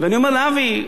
אני מצטער שהוא עוזב,